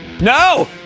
No